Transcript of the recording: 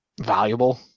valuable